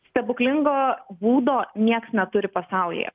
stebuklingo būdo nieks neturi pasaulyje